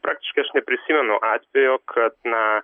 praktiškai aš neprisimenu atvejo kad na